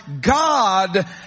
God